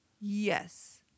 Yes